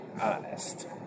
honest